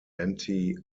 anti